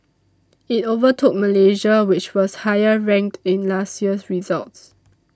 it overtook Malaysia which was higher ranked in last year's results